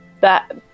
that-